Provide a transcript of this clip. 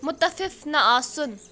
مُتفِف نہٕ آسُن